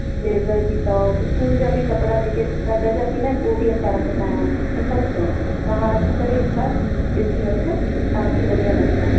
blazer बि अथव school जा बि कपिड़ा जेके थधि जा थींदा आहिनि उहा बि असां रखंदा आहियूं सभु अथव तव्हां अची करे हिकु बार ॾिसी वठो तव्हांखे बढ़िया लॻंदव